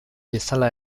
bezala